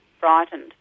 frightened